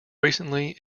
recently